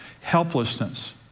Helplessness